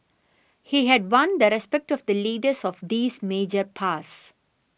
he had won the respect of the leaders of these major powers